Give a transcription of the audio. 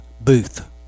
Booth